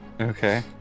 okay